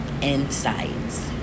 insights